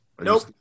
Nope